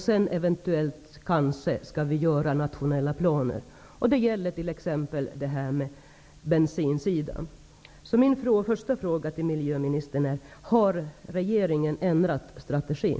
Sedan skall vi kanske göra upp nationella planer, t.ex. beträffande bensinen.